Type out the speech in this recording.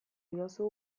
diozu